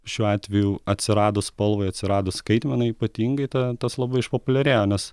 šiuo atveju atsiradus spalvai atsiradus skaitmenai ypatingai ta tas labai išpopuliarėjo nes